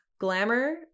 Glamour